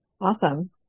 awesome